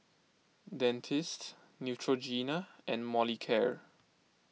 Dentiste Neutrogena and Molicare